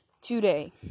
today